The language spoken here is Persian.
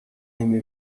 نمی